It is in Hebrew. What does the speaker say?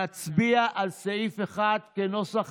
נצביע על סעיף 1 כנוסח